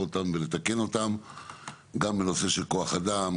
אותם ולתקן אותם גם בנושא של כוח אדם,